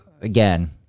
again